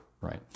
right